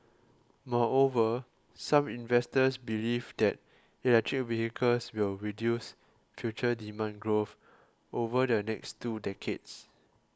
moreover some investors believe that electric vehicles will reduce future demand growth over the next two decades